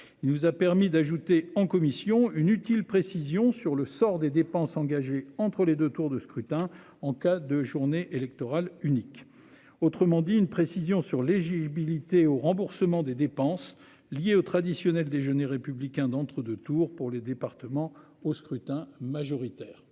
Il nous a permis d'ajouter en commission une utiles précisions sur le sort des dépenses engagées entre les 2 tours de scrutin en cas de journée électorale unique, autrement dit une précision sur les humilité au remboursement des dépenses liées au traditionnel déjeuner républicain d'entre deux tours pour les départements au scrutin majoritaire.